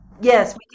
yes